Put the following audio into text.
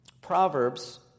Proverbs